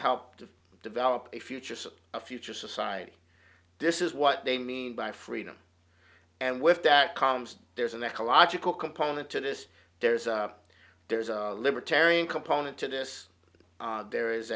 to develop a future a future society this is what they mean by freedom and with that comes there's an ecological component to this there's a there's a libertarian component to this there is